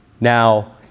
Now